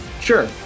sure